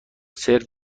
سرو